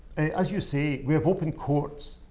as you see, we have open courts,